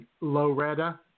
Loretta